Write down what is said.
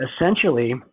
Essentially